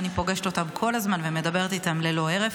אני פוגשת אותם כל הזמן ומדברת איתם ללא הרף.